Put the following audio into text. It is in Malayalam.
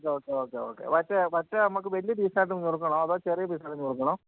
ഓകെ ഓക്കെ ഒക്കെ ഓക്കെ വറ്റ വറ്റ നമുക്ക് വലിയ പീസായിട്ടും നുറുക്കണോ അതോ ചെറിയ പീസായിട്ട് നുറുക്കണോ